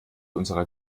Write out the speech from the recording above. unserer